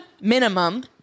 minimum